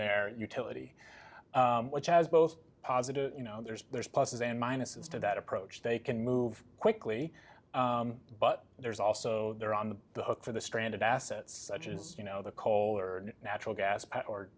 their utility which has both positive you know there's there's pluses and minuses to that approach they can move quickly but there's also they're on the hook for the stranded assets such as you know the coal or natural gas